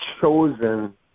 chosen